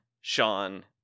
Sean